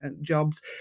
jobs